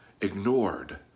ignored